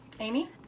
Amy